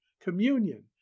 communion